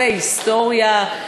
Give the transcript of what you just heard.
והיסטוריה,